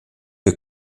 who